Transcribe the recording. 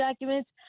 documents